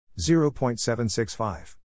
0.765